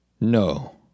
No